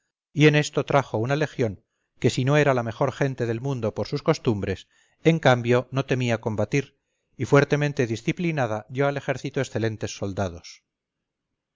y esto trajo una legión que si no era la mejor gente del mundo por sus costumbres en cambio no temía combatir y fuertemente disciplinada dio al ejército excelentes soldados